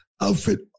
outfit